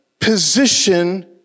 position